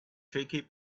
tricky